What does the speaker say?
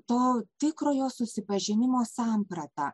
to tikrojo susipažinimo sampratą